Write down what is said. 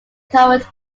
recovered